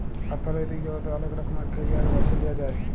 অথ্থলৈতিক জগতে অলেক রকমের ক্যারিয়ার বাছে লিঁয়া যায়